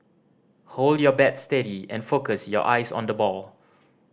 hold your bat steady and focus your eyes on the ball